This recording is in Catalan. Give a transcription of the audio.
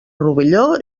rovelló